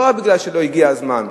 לא רק משום שלא הגיע הזמן,